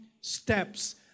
steps